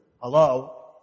hello